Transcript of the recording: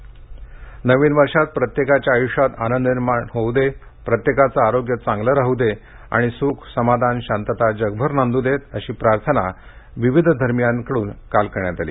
नववर्ष प्रार्थना नवीन वर्षात प्रत्येकाच्या आयुष्यात आनंद निर्माण होऊ दे प्रत्येकाचं आरोग्य चांगलं राहू दे आणि सुखसमाधानशांतता जगभर नांदू देत अशी प्रार्थना विविध धर्मीयांकडून काल करण्यात आली